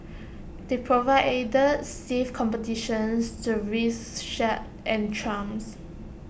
they provided stiff competitions to rickshaws and trams